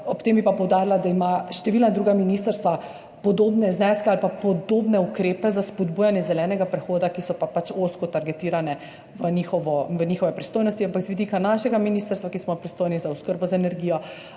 ob tem bi pa poudarila, da imajo številna druga ministrstva podobne zneske ali pa podobne ukrepe za spodbujanje zelenega prehoda, ki so pa pač ozko targetirani v njihove pristojnosti. Ampak z vidika našega ministrstva, kjer smo pristojni za oskrbo z energijo,